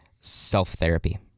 self-therapy